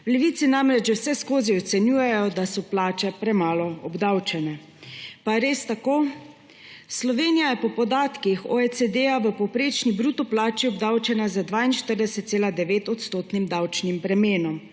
V Levici namreč že vseskozi ocenjujejo, da so plače premalo obdavčene. Pa je res tako? Slovenija je po podatkih OECD v povprečni bruto plači obdavčena z 42,9-odstotnim davčnim bremenom,